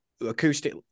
acoustic